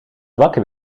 wakker